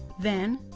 then,